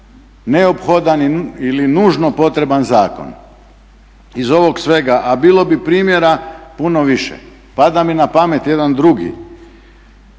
neophodan ili nužno potreban zakon iz ovog svega, a bilo bi primjera puno više. Pada mi na pamet jedan drugi.